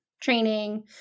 training